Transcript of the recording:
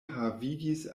havigis